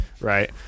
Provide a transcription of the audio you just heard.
Right